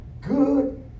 good